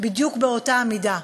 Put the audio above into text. בדיוק באותה מידה,